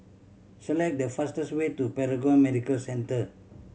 select the fastest way to Paragon Medical Centre